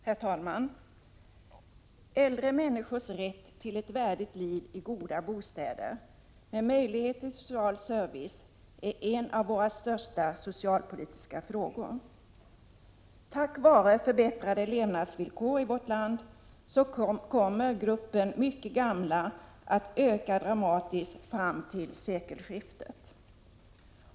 Herr talman! Äldre människors rätt till ett värdigt liv i goda bostäder med möjlighet till social service är en av våra största socialpolitiska frågor. Tack vare förbättrade levnadsvillkor i vårt land kommer gruppen mycket gamla att öka dramatiskt fram till sekelskiftet.